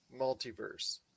multiverse